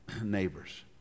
neighbors